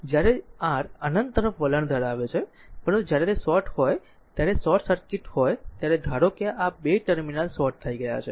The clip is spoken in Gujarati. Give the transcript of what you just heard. જ્યારે r અનંત તરફ વલણ ધરાવે છે પરંતુ જ્યારે તે શોર્ટ હોય ત્યારે શોર્ટ સર્કિટ હોય ત્યારે ધારો કે આ 2 ટર્મિનલ શોર્ટ થઈ ગયા છે